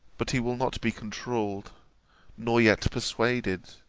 but he will not be controuled nor yet persuaded.